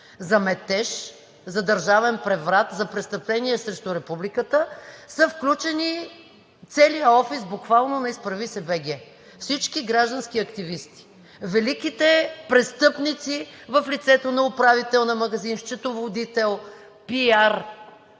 за метеж, за държавен преврат, за престъпление срещу републиката са включени буквално целият офис на „Изправи се. БГ!“, всички граждански активисти. Великите престъпници в лицето на управител на магазин, счетоводител, пиар